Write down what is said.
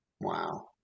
Wow